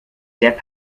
depp